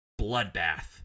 bloodbath